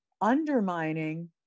undermining